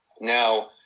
Now